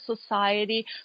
society